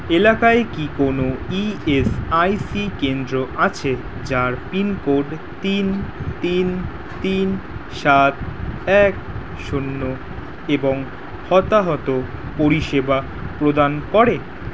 এলাকায় কি কোনও ই এস আই সি কেন্দ্র আছে যার পিনকোড তিন তিন তিন সাত এক শূন্য এবং হতাহত পরিষেবা প্রদান করে